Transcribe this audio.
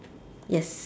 yes